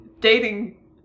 dating